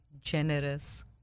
generous